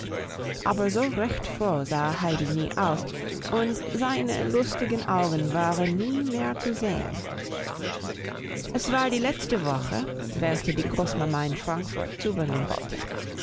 aber so recht froh sah heidi nie aus und seine lustigen augen waren nie mehr zu sehen es war die letzte woche welche die großmama in frankfurt zubringen wollte